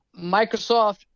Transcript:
Microsoft